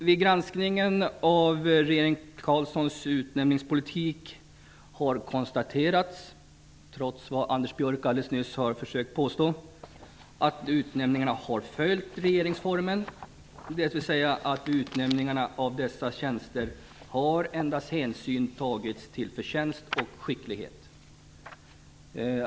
Vid granskningen av regeringen Carlssons utnämningspolitik har konstaterats, trots vad Anders Björck nyss påstod, att utnämningarna har följt regeringsformen, dvs. att vid utnämningarna av dessa tjänster har hänsyn tagits endast till förtjänst och skicklighet.